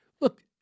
look